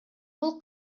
бул